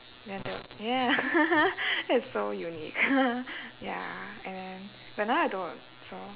ya the ya that's so unique ya and then but now I don't so